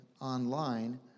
online